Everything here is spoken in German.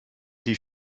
die